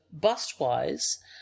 bust-wise